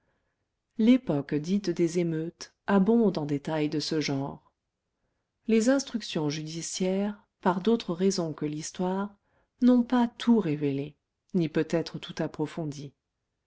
l'époque dite des émeutes abonde en détails de ce genre les instructions judiciaires par d'autres raisons que l'histoire n'ont pas tout révélé ni peut-être tout approfondi